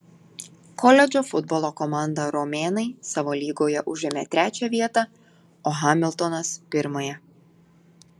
koledžo futbolo komanda romėnai savo lygoje užėmė trečią vietą o hamiltonas pirmąją